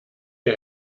der